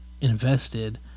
invested